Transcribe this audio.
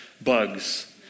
bugs